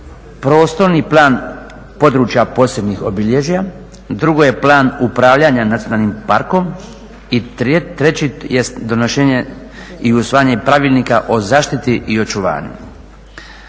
prostorni plan područja posebnih obilježja, drugo je plan upravljanja nacionalnim parkom i treći jest donošenje i usvajanje pravilnika o zaštiti i očuvanju.